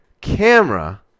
Camera